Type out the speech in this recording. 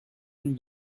tous